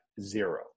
zero